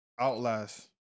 Outlast